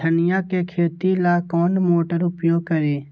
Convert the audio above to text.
धनिया के खेती ला कौन मोटर उपयोग करी?